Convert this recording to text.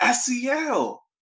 SEL